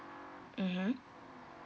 mmhmm